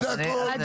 זה הכל.